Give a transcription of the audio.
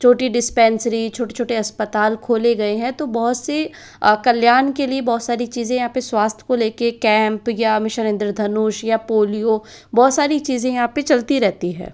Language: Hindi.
छोटी डिस्पेन्सरी छोटे छोटे अस्पताल खोले गए हैं तो बहुत सी कल्याण के लिए बहुत सारी चीज़ें यहाँ पे स्वास्थ्य को लेके कैम्प या मिशन इंद्रधनुष या पोलियो बहुत सारी चीज़ें यहाँ पे चलती रहती है